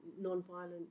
non-violent